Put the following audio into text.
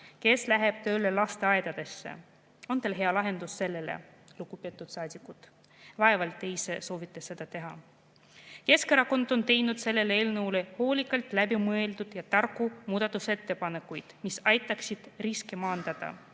kes läheks tööle lasteaeda. On teil hea lahendus sellele, lugupeetud saadikud? Vaevalt te ise soovite seda teha. Keskerakond on teinud selle eelnõu kohta hoolikalt läbimõeldud ja tarku muudatusettepanekuid, mis aitaksid riske maandada.